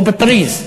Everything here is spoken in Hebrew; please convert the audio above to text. או בפריז.